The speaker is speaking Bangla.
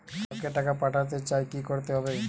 কাউকে টাকা পাঠাতে চাই কি করতে হবে?